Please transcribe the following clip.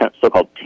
so-called